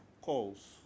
calls